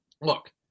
look